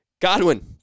Godwin